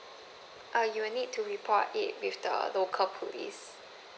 uh you will need to report it with the local police